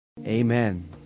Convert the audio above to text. Amen